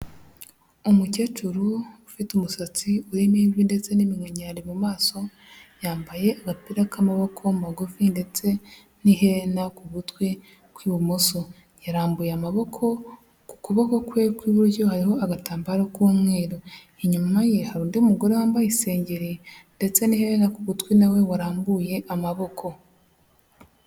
Umukecuru ufite umusatsi urimo imvi ndetse n'iminkanyari mu maso, yambaye agapira k'amaboko magufi ndetse n'iherena ku gutwi kw'ibumoso, yarambuye amaboko, ku kuboko kwe kw'iburyo hariho agatambaro k'umweru, inyuma ye hari undi mugore wambaye isengere ndetse n'iherena ku gutwi nawe warambuye amaboko.